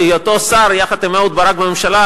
בהיותו שר יחד עם אהוד ברק בממשלה,